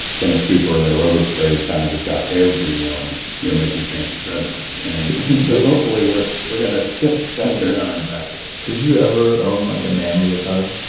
kenneth cooper and the aerobics craze kind of just got everyone you know making fancy tread mills and so hopefully we're we're going to shift that paradigm back here did you every own like a man leotard?